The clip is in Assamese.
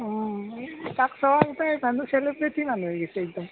অঁ তাক চাওঁতে মানুহ চেলিব্ৰেটি মানুহ হৈ গেইছি একদম